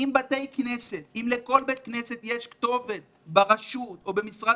אם לכל בית כנסת יש כתובת ברשות או במשרד